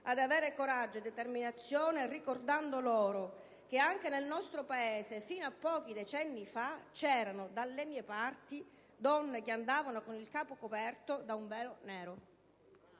ad avere coraggio e determinazione, ricordando loro che anche nel nostro Paese, fino a pochi decenni fa, c'erano dalle mie parti donne che andavano col capo coperto da un velo nero.